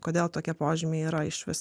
kodėl tokie požymiai yra išvis